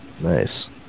Nice